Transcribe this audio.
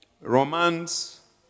romance